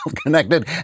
connected